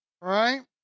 Right